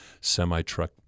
semi-truck